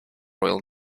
royal